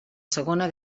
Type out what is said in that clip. segona